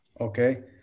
Okay